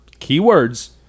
keywords